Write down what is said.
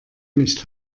nicht